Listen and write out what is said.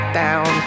down